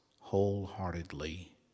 wholeheartedly